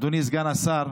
אדוני סגן השר,